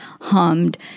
hummed